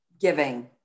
giving